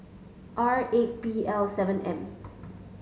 R eight B L seven M